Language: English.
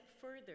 further